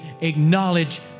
acknowledge